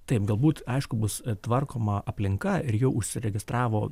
taip galbūt aišku bus tvarkoma aplinka ir jau užsiregistravo